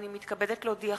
הנני מתכבדת להודיעכם,